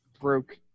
broke